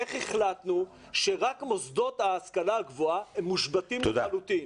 איך החלטנו שרק מוסדות ההשכלה הגבוהה מושבתים לחלוטין?